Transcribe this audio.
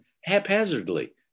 haphazardly